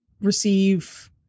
receive